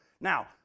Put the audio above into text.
Now